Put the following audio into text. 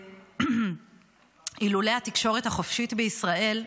ואילולא התקשורת החופשית בישראל,